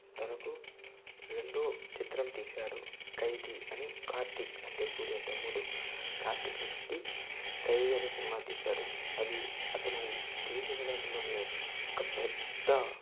తనకు రెండో చిత్రం తీశాడు ఖైదీ అని కార్తీక్ అంటే సూర్య తమ్ముడు కార్తీక్ని పెట్టి ఖైదీ అనే సినిమా తీశాడు అది అతను తీసిన దాంట్లోనే ఒక పెద్ద